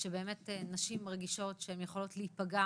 כאשר באמת נשים מרגישות שהן יכולות להיפגע